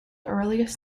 earliest